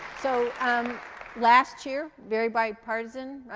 so um last year, very bi-partisan, right,